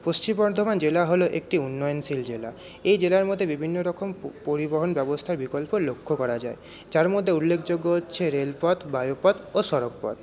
পশ্চিম বর্ধমান জেলা হল একটি উন্নয়নশীল জেলা এই জেলার মধ্যে বিভিন্ন রকম পরিবহন ব্যবস্থার বিকল্প লক্ষ্য করা যায় যার মধ্যে উল্লেখযোগ্য হচ্ছে রেল পথ বায়ু পথ ও সড়ক পথ